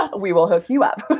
but we will hook you up